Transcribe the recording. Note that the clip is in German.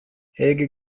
helge